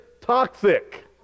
toxic